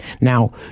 Now